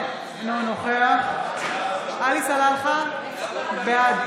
אינו נוכח עלי סלאלחה, בעד